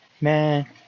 Man